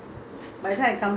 I come back what time